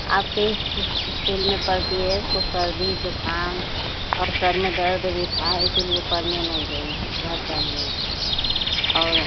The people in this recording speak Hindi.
आपके इस्कूल में पढ़ती है इसको सर्दी जुखाम और सिर में दर्द भी था इसीलिए पढ़ने नहीं गई है घर पर ही है और